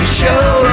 show